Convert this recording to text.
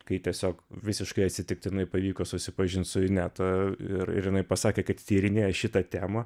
kai tiesiog visiškai atsitiktinai pavyko susipažint su ineta ir ir jinai pasakė kad tyrinėja šitą temą